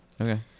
okay